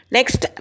Next